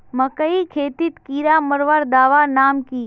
मकई खेतीत कीड़ा मारवार दवा नाम की?